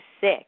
sick